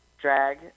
drag